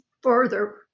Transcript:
further